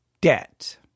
debt